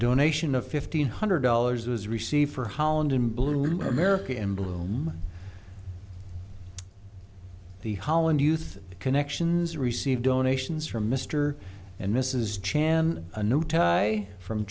donation of fifteen hundred dollars was received for holland in blue america in bloom the holland youth connections received donations from mr and mrs chan a new type from